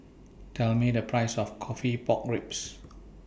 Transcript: Tell Me The Price of Coffee Pork Ribs